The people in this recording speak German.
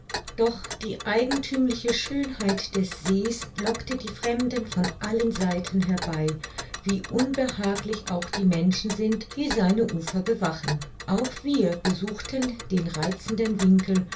doch die eigenthümliche schönheit des sees lockte die fremden von allen seiten herbei wie unbehaglich auch die menschen sind die seine ufer bewachen auch wir besuchten den reizenden winkel